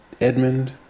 Edmund